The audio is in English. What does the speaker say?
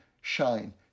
shine